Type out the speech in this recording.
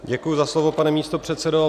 Děkuji za slovo, pane místopředsedo.